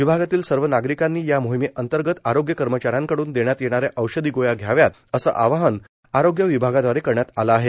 विभागातील सर्व नागरिकांनी या मोहिमेअंतर्गत आरोग्य कर्मचाऱ्याकडून देण्यात येणार्या औषधी गोळ्या घ्याव्यात असे आवाहन आरोग्य विभागादवारे करण्यात आले आहे